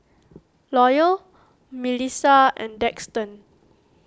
Loyal Milissa and Daxton